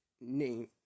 name